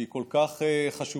שהיא כל כך חשובה